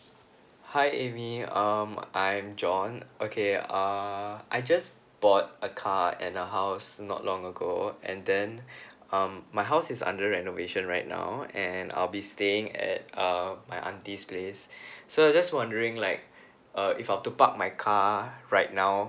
hi Amy um I'm John okay err I just bought a car and a house not long ago and then um my house is under renovation right now and I'll be staying at um my auntie's place so I'm just wondering like uh if I were to park my car right now